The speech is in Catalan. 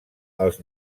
els